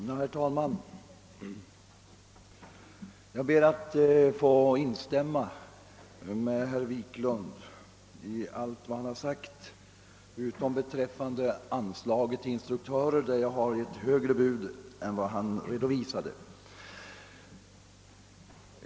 Herr talman! Jag ber att få instämma med herr Wiklund i allt vad han har sagt utom beträffande anslaget till instruktörer där jag har ett högre bud än han redovisade.